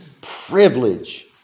privilege